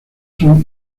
son